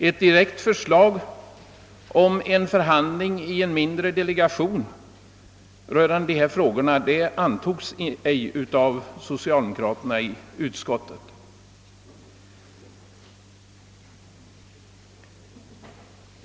Ett direkt förslag om förhandling i en mindre delegation rörande dessa frågor antogs ej av socialdemokraterna i utskottet.